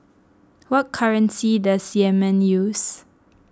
what currency does Yemen use